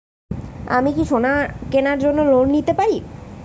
আমি কি সোনা কেনার জন্য লোন পেতে পারি?